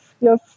yes